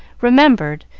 remembered,